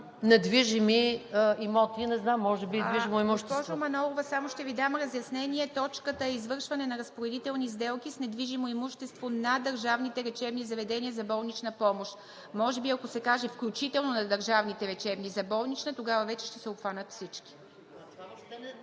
недвижими имоти. Не знам, може би, и движимо имущество. ПРЕДСЕДАТЕЛ ИВА МИТЕВА: Госпожо Манолова, само ще Ви дам разяснение. Точката е: „Извършване на разпоредителни сделки с недвижимо имущество на държавните лечебни заведения за болнична помощ“. Може би ако се каже: „включително на държавните лечебни за болнична“, тогава вече ще се обхванат всички.